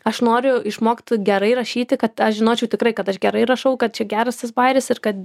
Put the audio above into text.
aš noriu išmokt gerai rašyti kad aš žinočiau tikrai kad aš gerai rašau kad čia geras tas bajeris ir kad